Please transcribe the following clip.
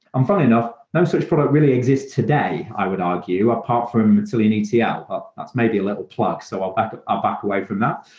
um funny enough, no such product really exist today, i would argue, apart from matillion etl. yeah ah that's maybe a little plug, so i'll back ah ah back away from that.